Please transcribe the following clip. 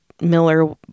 Miller